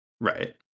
Right